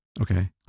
Okay